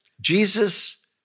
Jesus